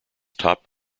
top